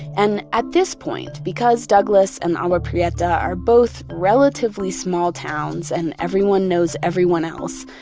and at this point, because douglas and agua prieta are both relatively small towns and everyone knows everyone else,